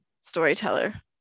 storyteller